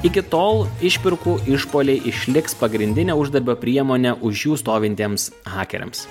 iki tol išpirkų išpuoliai išliks pagrindine uždarbio priemone už jų stovintiems hakeriams